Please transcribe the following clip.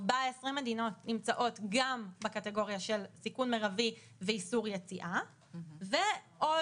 14 מדינות נמצאות גם בקטגוריה של סיכון מרבי ואיסור יציאה ועוד